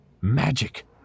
magic